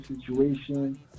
situation